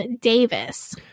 Davis